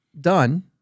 done